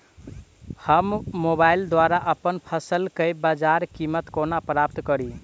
हम मोबाइल द्वारा अप्पन फसल केँ बजार कीमत कोना प्राप्त कड़ी?